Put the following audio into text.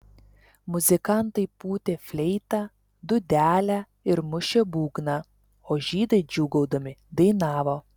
muzikantai pūtė fleitą dūdelę ir mušė būgną o žydai džiūgaudami dainavo